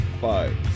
five